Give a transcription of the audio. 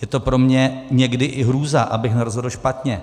Je to pro mě někdy i hrůza, abych nerozhodl špatně.